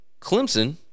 Clemson